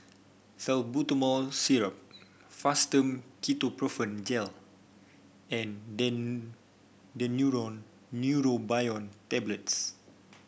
Salbutamol Syrup Fastum Ketoprofen Gel and Daneuron Neurobion Tablets